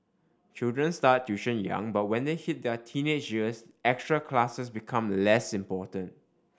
children start tuition young but when they hit their teenage years extra classes become less important